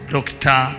Doctor